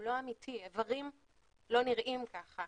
איברים לא נראים ככה,